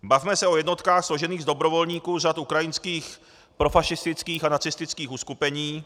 Bavme se o jednotkách složených z dobrovolníků z řad ukrajinských profašistických a nacistických uskupení.